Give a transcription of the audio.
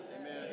Amen